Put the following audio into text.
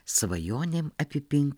svajonėm apipink